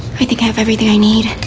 i think i have everything i need.